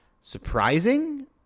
surprising